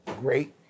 great